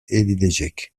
edilecek